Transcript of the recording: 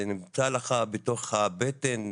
זה נמצא לך בתוך הבטן,